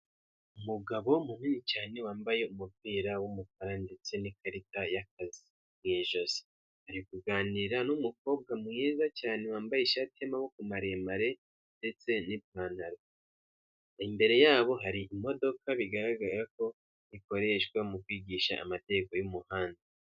Umugabo munini cyane wambaye umupira w'umukara ndetse n'ikarita y'akazi mu ijosi, ari kuganira n'umukobwa mwiza cyane wambaye ishati y'amaboko maremare ndetse n'ipantaro, imbere yabo hari imodoka bigaragara ko ikoreshwa mu kwigisha amategeko y'umuhanda.